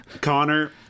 Connor